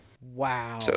Wow